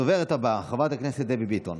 הדוברת הבאה, חברת הכנסת דבי ביטון.